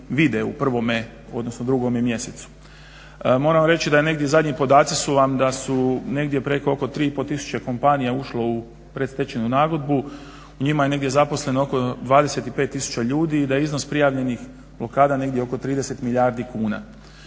u prvome, odnosno drugome mjesecu. Moram vam reći da je negdje zadnji podaci su vam da su negdje preko oko 3, 5 tisuće kompanija ušlo u predstečajnu nagodbu, u njima je negdje zaposleno oko 25 tisuća ljudi i da je iznos prijavljenih blokada negdje oko 30 milijardi kuna.